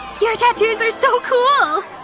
your tattoos are so cool!